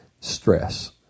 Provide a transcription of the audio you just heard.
stress